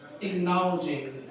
acknowledging